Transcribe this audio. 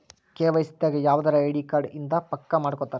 KYC ದಾಗ ಯವ್ದರ ID card ಇಂದ ಪಕ್ಕ ಮಾಡ್ಕೊತರ